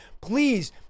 please